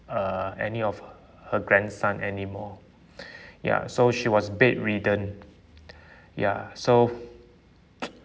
uh any of her her grandson anymore ya so she was bedridden ya so